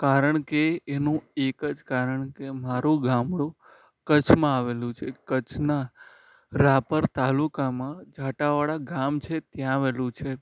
કારણકે એનું એક જ કારણ કે મારું ગામડું કચ્છમાં આવેલું છે કચ્છના રાપર તાલુકામાં જાટાવાળા ગામ છે ત્યાં આવેલું છે